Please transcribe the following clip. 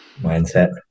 mindset